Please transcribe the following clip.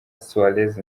suárez